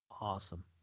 Awesome